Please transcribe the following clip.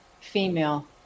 female